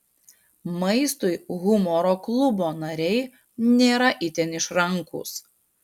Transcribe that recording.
maistui humoro klubo nariai nėra itin išrankūs